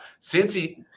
Cincy